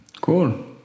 Cool